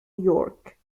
york